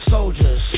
Soldiers